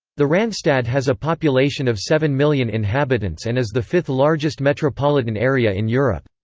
the randstad has a population of seven million inhabitants and is the fifth largest metropolitan area in europe.